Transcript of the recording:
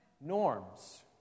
norms